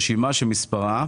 רשימה שמספרה